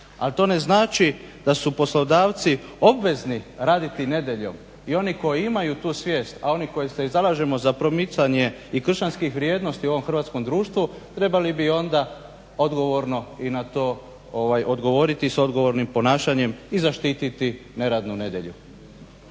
ali to ne znači da su poslodavci obvezni raditi nedjeljom. I oni koji imaju tu svijest, a oni koji se i zalažemo za promicanje i kršćanskih vrijednosti u ovom hrvatskom društvu trebali bi onda odgovorno i na to odgovoriti s odgovornim ponašanjem i zaštititi neradnu nedjelju.